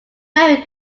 very